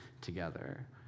together